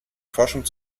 forschung